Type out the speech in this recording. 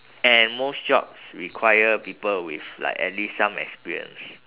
and most jobs require people with like at least some experience